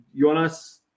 Jonas